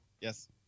Yes